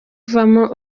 uvamo